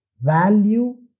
value